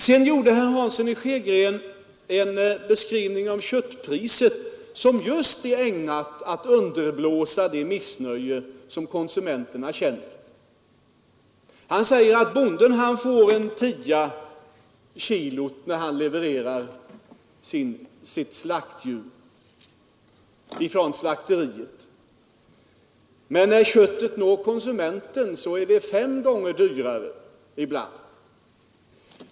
Sedan gjorde herr Hansson i Skegrie en beskrivning om köttpriset som just är ägnat att underblåsa det missnöje som konsumenterna känner. Han säger att bonden får en tia kilot när han levererar sitt slaktdjur till slakteriet. Men när köttet når konsumenten är det ibland fem gånger dyrare.